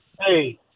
Hey